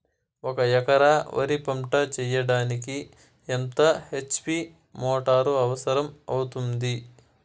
ఒక ఎకరా వరి పంట చెయ్యడానికి ఎంత హెచ్.పి మోటారు అవసరం అవుతుంది?